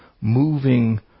moving